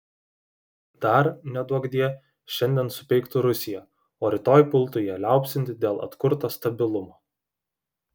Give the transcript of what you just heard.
dar neduokdie šiandien supeiktų rusiją o rytoj pultų ją liaupsinti dėl atkurto stabilumo